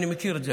אני מכיר את זה,